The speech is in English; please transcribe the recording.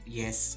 yes